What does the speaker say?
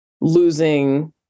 losing